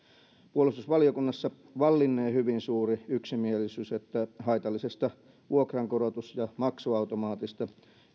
puolustusvaliokunnassa vallinnee hyvin suuri yksimielisyys siitä että haitallisesta vuokrankorotus ja maksuautomaatista